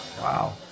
Wow